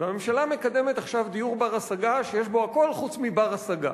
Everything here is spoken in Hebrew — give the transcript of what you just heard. והממשלה מקדמת עכשיו דיור בר-השגה שיש בו הכול חוץ מבר-השגה.